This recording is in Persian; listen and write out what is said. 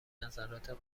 نظرات